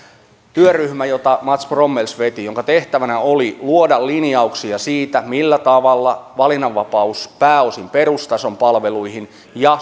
työryhmä jota mats brommels veti jonka tehtävä oli luoda linjauksia siitä millä tavalla valinnanvapaus pääosin perustason palveluihin ja